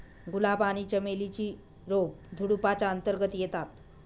गुलाब आणि चमेली ची रोप झुडुपाच्या अंतर्गत येतात